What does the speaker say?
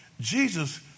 Jesus